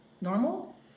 normal